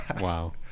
Wow